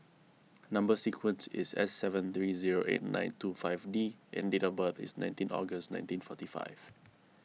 Number Sequence is S seven three zero eight nine two five D and date of birth is nineteen August nineteen forty five